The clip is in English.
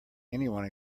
anyone